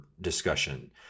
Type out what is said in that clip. discussion